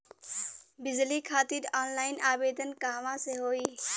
बिजली खातिर ऑनलाइन आवेदन कहवा से होयी?